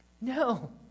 No